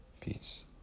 Peace